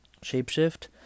shapeshift